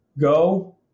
Go